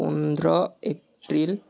পোন্ধৰ এপ্ৰিল